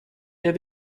der